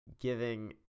giving